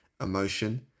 emotion